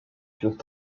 furent